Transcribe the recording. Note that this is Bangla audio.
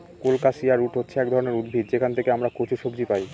কোলকাসিয়া রুট হচ্ছে এক ধরনের উদ্ভিদ যেখান থেকে আমরা কচু সবজি পাই